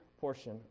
portion